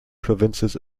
provinces